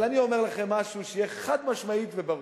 אבל אני אומר לכם משהו שיהיה חד-משמעי וברור: